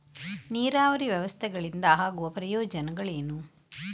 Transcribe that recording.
ನೀರಾವರಿ ವ್ಯವಸ್ಥೆಗಳಿಂದ ಆಗುವ ಪ್ರಯೋಜನಗಳೇನು?